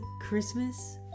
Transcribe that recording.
Christmas